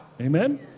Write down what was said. Amen